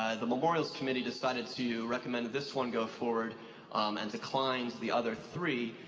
the memorials committee decided to recommend this one go forward and declined the other three,